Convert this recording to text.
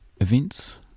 events